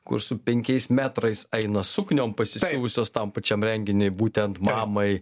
kur su penkiais metrais eina sukniom pasisiuvusios tam pačiam renginiui būtent mamai